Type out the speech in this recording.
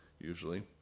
usually